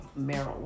marijuana